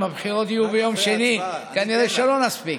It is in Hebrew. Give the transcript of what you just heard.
אם הבחירות יהיו ביום שני, כנראה שלא נספיק.